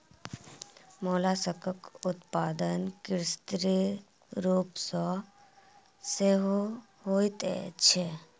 मोलास्कक उत्पादन कृत्रिम रूप सॅ सेहो होइत छै